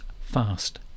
Fast